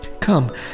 Come